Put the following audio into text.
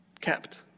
kept